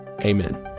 amen